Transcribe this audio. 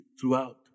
throughout